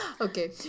Okay